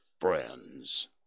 Friends